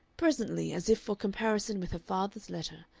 presently, as if for comparison with her father's letter,